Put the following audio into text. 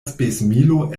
spesmilo